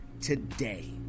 today